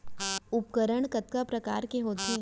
उपकरण कतका प्रकार के होथे?